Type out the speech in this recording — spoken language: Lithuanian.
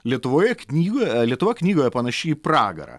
lietuvoje knygoje lietuva knygoje panaši į pragarą